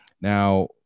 Now